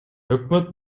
өкмөт